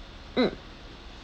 mm